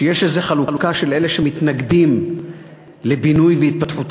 שיש איזה חלוקה של אלה שמתנגדים לבינוי ולהתפתחות